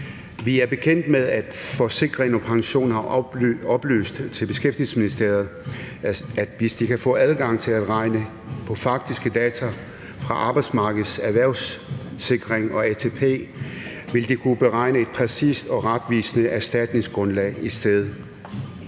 Vi er bekendt med, at Forsikring & Pension har oplyst til Beskæftigelsesministeriet, at hvis de kan få adgang til at regne på faktiske data fra Arbejdsmarkedets Erhvervssikring og ATP, vil de kunne beregne et præcist og retvisende erstatningsgrundlag i stedet